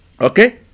okay